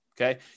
okay